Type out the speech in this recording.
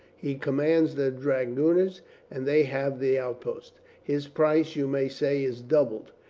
he commands the dra gooners and they have the outposts. his price, you may say, is doubled.